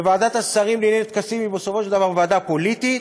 ועדת השרים לענייני טקסים היא בסופו של דבר ועדה פוליטית,